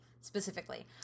specifically